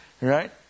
right